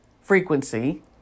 frequency